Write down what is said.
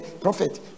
Prophet